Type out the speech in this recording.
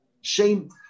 Shame